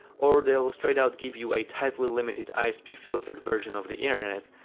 or they'll straight out give you a tightly limited isp-filtered version of the internet,